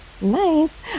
Nice